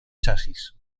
chasis